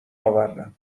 آوردم